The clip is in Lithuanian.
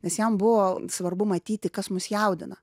nes jam buvo svarbu matyti kas mus jaudina